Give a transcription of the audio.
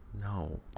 no